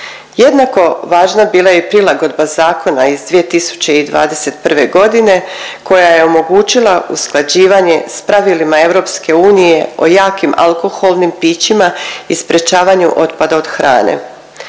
Jednako važna bila je i prilagodba zakona iz 2021. godine koja je omogućila usklađivanje s pravilima EU o jakim alkoholnim pićima i sprječavanju otpada od hrane.